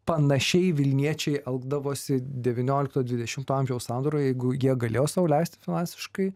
panašiai vilniečiai elgdavosi devyniolikto dvidešimto amžiaus sandūroje jeigu jie galėjo sau leisti finansiškai